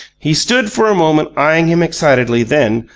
he stood for a moment eyeing him excitedly, then,